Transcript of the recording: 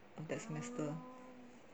that semester